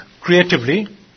creatively